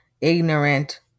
ignorant